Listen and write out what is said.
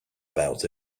about